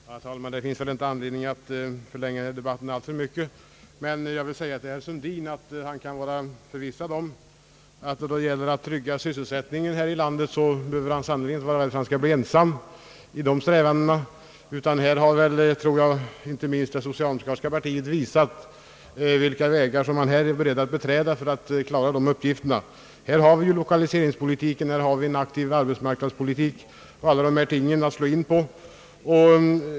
Herr talman! Det finns inte anledning att förlänga denna debatt alltför mycket. Jag vill emellertid säga till herr Sundin, att han kan vara förvissad om att han inte behöver vara rädd att stå ensam i strävandena att trygga sysselsättningen här i landet. Inte minst det socialdemokratiska partiet har visat vilka vägar man där är beredd att beträda för att klara den uppgiften. Vi har bl.a. lokaliseringspolitiken och en aktiv arbetsmarknadspolitik, som verkar för detta.